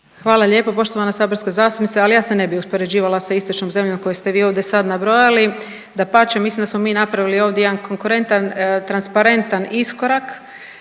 Hvala lijepo poštovana saborska zastupnice ali ja se ne bi uspoređivala sa istočnom zemljom koju ste vi sad ovdje nabrojali, dapače mislim da smo mi napravi ovdje jedan konkurentan, transparentan iskorak